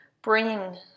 Bring